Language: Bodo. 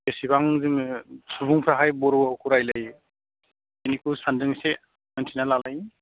बिसिबां जोङो सुबुंफ्राहाय बर'खौ रायलायो बिखौ सानैजों एसे मिथिना लालायनि